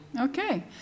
Okay